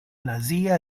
nazia